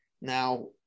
Now